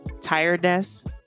tiredness